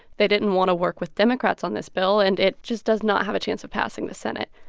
they didn't want to work with democrats on this bill, and it just does not have a chance of passing the senate.